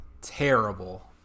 terrible